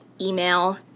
email